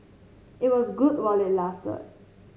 it was good while it lasted